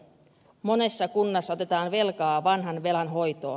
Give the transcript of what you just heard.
monessa kunnassa otetaan velkaa vanhan velan hoitoon